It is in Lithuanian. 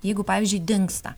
jeigu pavyzdžiui dingsta